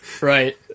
Right